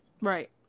right